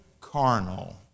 carnal